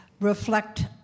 reflect